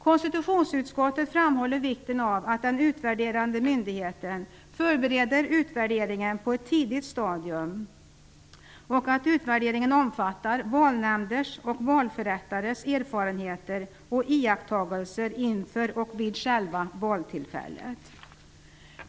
Konstitutionsutskottet framhåller vikten av att den utvärderande myndigheten förbereder utvärderingen på ett tidigt stadium och att utvärderingen omfattar valnämnders och valförrättares erfarenheter och iakttagelser inför och vid själva valtillfället.